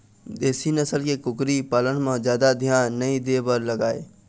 देशी नसल के कुकरी पालन म जादा धियान नइ दे बर लागय